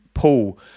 Paul